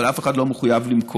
אבל אף אחד לא מחויב למכור.